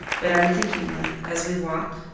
but unthinkingly, as we walk,